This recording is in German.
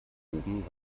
oben